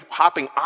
hopping